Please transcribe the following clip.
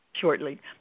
Shortly